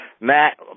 Matt